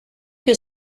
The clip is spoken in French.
que